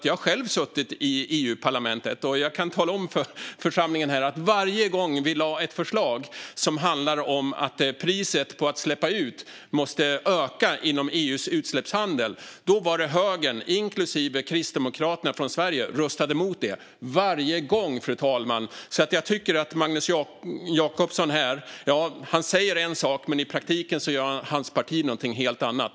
Jag har själv suttit i EU-parlamentet, och jag kan tala om för församlingen att varje gång vi lade fram ett förslag som handlade om att priset på att släppa ut måste öka inom EU:s utsläppshandel var det högern, inklusive Kristdemokraterna från Sverige, som röstade emot. Varje gång, fru talman. Magnus Jacobsson säger en sak, men i praktiken gör hans parti något helt annat.